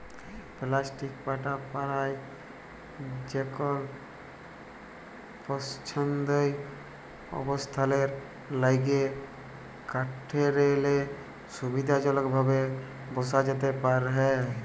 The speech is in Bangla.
পেলাস্টিক পাটা পারায় যেকল পসন্দসই অবস্থালের ল্যাইগে কাঠেরলে সুবিধাজলকভাবে বসা যাতে পারহে